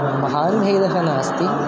महान्भेदः नास्ति